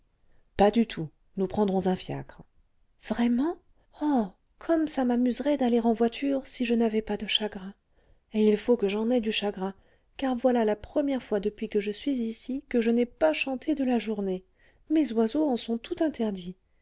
pas du tout nous prendrons un fiacre vraiment oh comme ça m'amuserait d'aller en voiture si je n'avais pas de chagrin et il faut que j'en aie du chagrin car voilà la première fois depuis que je suis ici que je n'ai pas chanté de la journée mes oiseaux en sont tout interdits